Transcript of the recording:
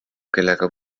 kellega